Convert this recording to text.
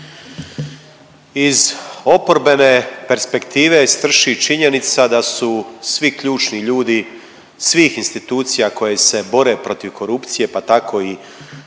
Iz oporbene perspektive strši činjenica da su svi ključni ljudi svih institucija koje se bore protiv korupcije, pa tako i